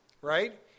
right